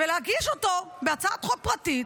ולהגיש אותו בהצעת חוק פרטית,